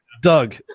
Doug